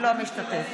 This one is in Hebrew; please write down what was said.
אינו משתתף